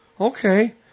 Okay